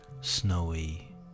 snowy